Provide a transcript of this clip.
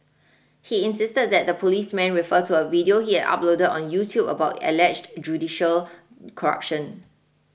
he insisted that the policemen refer to a video he had uploaded on YouTube about alleged judicial corruption